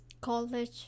college